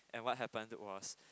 and what happened was